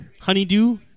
Honeydew